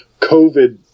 COVID